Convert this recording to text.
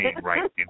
right